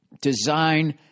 design